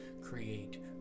create